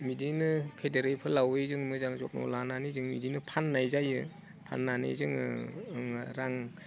बिदिनो फेदेरै फोलावै जों मोजां जथ्न लानानै जों बिदिनो फाननाय जायो फाननानै जोङो रां